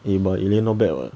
!aye! but elaine not bad [what]